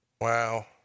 Wow